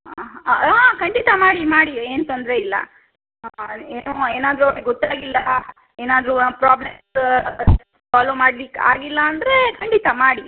ಹಾಂ ಖಂಡಿತ ಮಾಡಿ ಮಾಡಿ ಏನೂ ತೊಂದರೆ ಇಲ್ಲ ನೀವು ಏನಾದರೂ ಅವ್ಳಿಗೆ ಗೊತ್ತಾಗಿಲ್ಲ ಏನಾದರೂ ಪ್ರಾಬ್ಲಮ್ ಇತ್ತು ಫಾಲೋ ಮಾಡ್ಲಿಕ್ಕೆ ಆಗಿಲ್ಲ ಅಂದರೆ ಖಂಡಿತ ಮಾಡಿ